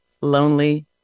lonely